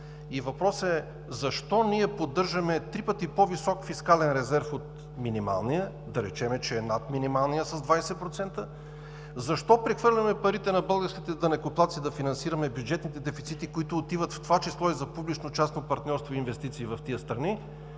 Въпросът е: защо ние поддържаме три пъти по-висок фискален резерв от минималния, да речем, че е с 20%над минималния, защо прехвърляме парите на българските данъкоплатци да финансираме бюджетните дефицити, които отиват, в това число и за публично частно партньорство и инвестиции в тези страни,